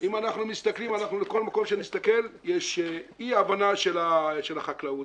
לכל מקום שנסתכל יש אי הבנה של החקלאות.